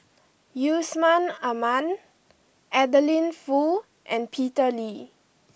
Yusman Aman Adeline Foo and Peter Lee